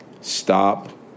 stop